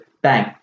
Bang